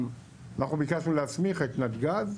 אנחנו ביקשנו להסמיך את נתג"ז